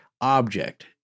object